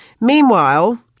Meanwhile